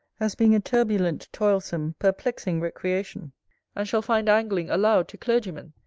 as being a turbulent, toilsome, perplexing recreation and shall find angling allowed to clergymen,